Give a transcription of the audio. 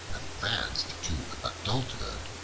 advanced to adulthood,